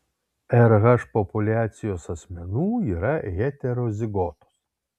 rh populiacijos asmenų yra heterozigotos